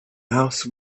house